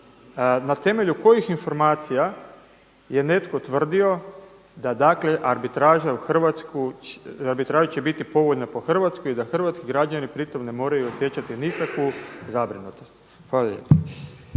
na temelju kojih informacija je netko tvrdio da dakle arbitraža će biti povoljna po Hrvatsku i da hrvatski građani pri tome ne moraju osjećati nikakvu zabrinutost? Hvala